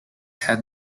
had